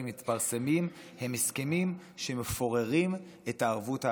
מתפרסמים הם הסכמים שמפוררים את הערבות ההדדית,